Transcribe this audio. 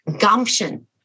gumption